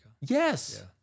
Yes